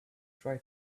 try